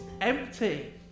empty